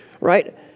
Right